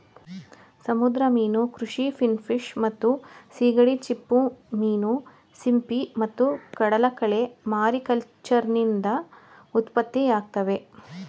ಸಮುದ್ರ ಮೀನು ಕೃಷಿ ಫಿನ್ಫಿಶ್ ಮತ್ತು ಸೀಗಡಿ ಚಿಪ್ಪುಮೀನು ಸಿಂಪಿ ಮತ್ತು ಕಡಲಕಳೆ ಮಾರಿಕಲ್ಚರ್ನಿಂದ ಉತ್ಪತ್ತಿಯಾಗ್ತವೆ